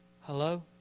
Hello